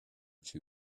two